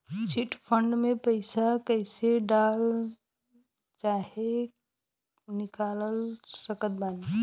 Chit fund मे पईसा कईसे डाल चाहे निकाल सकत बानी?